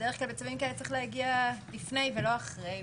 בדרך כלל בצווים כאלה צריך להגיע לפני ולא אחרי,